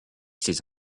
ces